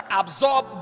absorb